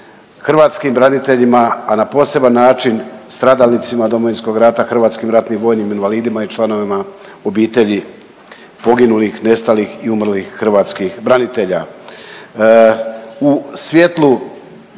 hrvatskim braniteljima, a na poseban način stradalnicima Domovinskog rata, hrvatskim ratnim vojnim invalidima i članovima obitelji poginulih, nestalih i umrlih hrvatskih branitelja.